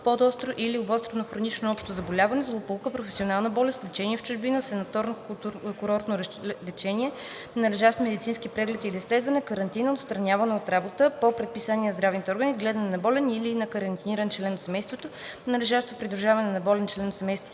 подостро или обострено хронично общо заболяване; злополука; професионална болест; лечение в чужбина; санаторно-курортно лечение; належащ медицински преглед или изследване; карантина; отстраняване от работа по предписание на здравните органи; гледане на болен или на карантиниран член от семейството; на лежащо придружаване на болен член от семейството